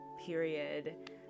period